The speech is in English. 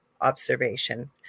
observation